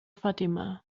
fatima